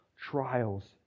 trials